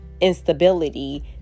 instability